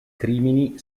crimini